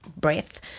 breath